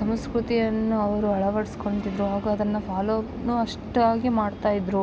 ಸಂಸ್ಕೃತಿಯನ್ನ ಅವರು ಅಳವಡಿಸ್ಕೊಳ್ತಿದ್ದರು ಆಗ ಅದನ್ನ ಫಾಲೊ ನು ಅಷ್ಟಾಗಿ ಮಾಡ್ತಾ ಇದ್ದರು